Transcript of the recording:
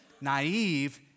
naive